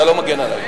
אתה לא מגן עלי.